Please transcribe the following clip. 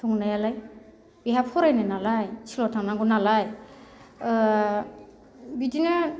संनायालाय बेहा फरायनाय नालाय स्कुलाव थांनांगौ नालाय ओ बिदिनो